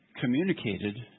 communicated